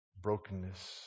Brokenness